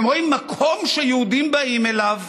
הם רואים מקום שיהודים באים אליו.